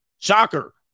Shocker